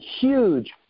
huge